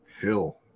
Hill